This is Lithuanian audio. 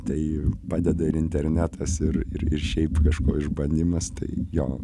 tai padeda ir internetas ir ir šiaip kažko išbandymas tai jo